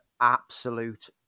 absolute